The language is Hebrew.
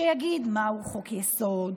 שיגיד מהו חוק-יסוד,